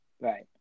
Right